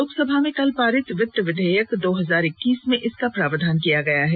लोकसभा में कल पारित वित विधेयक दो हजार इक्कीस में इसका प्रावधान किया गया है